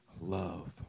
love